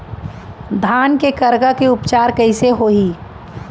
धान के करगा के उपचार कइसे होही?